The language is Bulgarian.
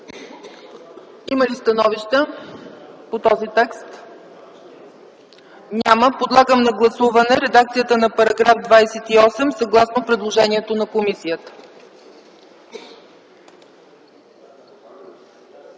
Има ли становища по този текст? Няма. Подлагам на гласуване редакцията на § 28, съгласно предложението на комисията.